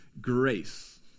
grace